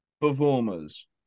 performers